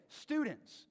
students